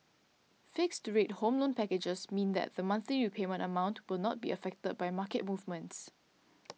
fixed rate Home Loan packages means that the monthly repayment amount will not be affected by market movements